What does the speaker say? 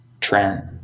Trent